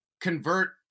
convert